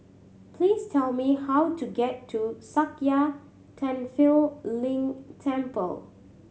please tell me how to get to Sakya Tenphel Ling Temple